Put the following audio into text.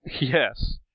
Yes